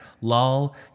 Lol